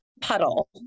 puddle